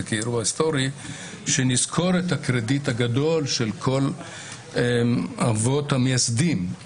כאירוע היסטורי נזכור את הקרדיט הגדול של כל האבות המייסדים.